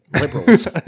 liberals